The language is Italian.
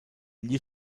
gli